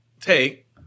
take